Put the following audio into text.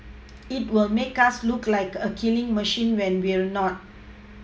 it will make us look like a killing machine when we're not